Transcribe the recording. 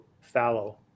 fallow